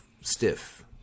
stiff